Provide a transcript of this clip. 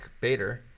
Bader